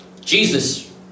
Jesus